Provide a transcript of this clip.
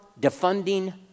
defunding